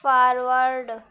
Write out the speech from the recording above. forward